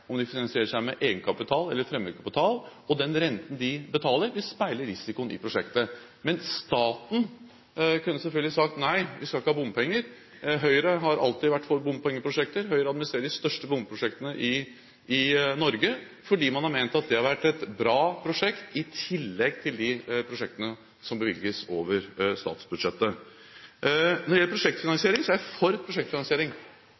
med fremmed kapital – og den renten de betaler, speiler risikoen i prosjektet. Staten kunne selvfølgelig sagt: Nei, vi skal ikke ha bompenger. Høyre har alltid vært for bompengeprosjekter, Høyre administrerer de største bompengeprosjektene i Norge, fordi man har ment at det har vært et bra prosjekt, i tillegg til de prosjektene som bevilges over statsbudsjettet. Når det gjelder